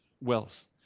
wealth